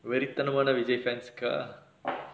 வெறித்தனமான:verithanamaana vijay fans ah